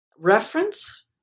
Reference